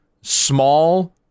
small